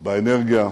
באנרגיה,